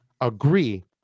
agree